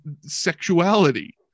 sexuality